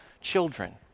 children